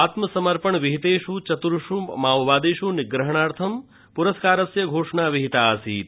आत्मसमर्पणं विहितेष चतृर्ष माओवादिष निग्रहणार्थं प्रस्कारस्य घोषणा विहितासीत्